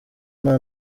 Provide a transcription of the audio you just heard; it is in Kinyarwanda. nta